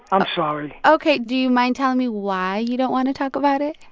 i'm sorry ok. do you mind telling me why you don't want to talk about it?